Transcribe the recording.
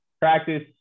practice